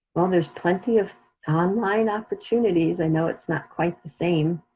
well, there's plenty of online opportunities. i know it's not quite the same.